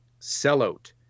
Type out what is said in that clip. sellout